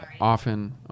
often